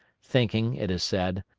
thinking, it is said,